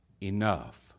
enough